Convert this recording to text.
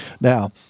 now